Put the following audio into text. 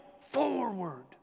forward